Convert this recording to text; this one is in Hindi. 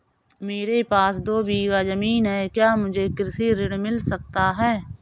मेरे पास दो बीघा ज़मीन है क्या मुझे कृषि ऋण मिल सकता है?